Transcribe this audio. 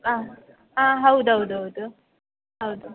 ಹಾಂ ಹಾಂ ಹೌದು ಹೌದು ಹೌದು ಹೌದು